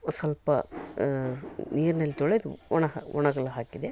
ಸ್ವಲ್ಪ ನೀರ್ನಲ್ಲಿ ತೊಳೆದು ಒಣ ಹಾ ಒಣಗಲು ಹಾಕಿದೆ